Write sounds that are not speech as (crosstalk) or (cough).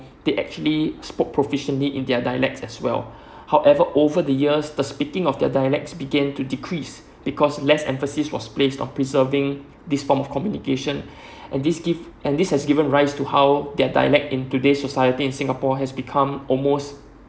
(breath) they actually spoke proficiently in their dialects as well (breath) however over the years the speaking of their dialects began to decrease because less emphasis was placed on preserving this form of communication (breath) and this give at least has given rise to how their dialect in today society in singapore has become almost